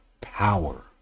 power